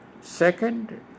Second